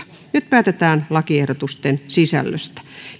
nyt päätetään lakiehdotusten sisällöstä